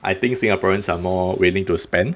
I think singaporeans are more willing to spend